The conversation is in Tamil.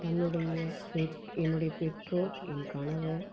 என்னுடைய பெற் என்னுடைய பெற்றோர் என் கணவர்